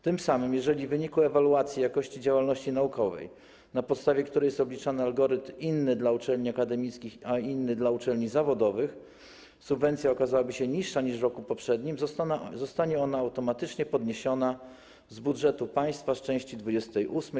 Tym samym jeżeli w wyniku ewaluacji jakości działalności naukowej, na podstawie której jest obliczany algorytm inny dla uczelni akademickich, a inny dla uczelni zawodowych, subwencja okazałaby się niższa niż w roku poprzednim, zostanie ona automatycznie podniesiona za pomocą środków z budżetu państwa, z części 28: